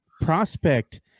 prospect